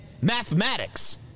mathematics